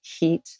heat